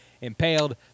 impaled